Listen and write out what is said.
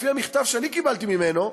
לפי המכתב שאני קיבלתי ממנו,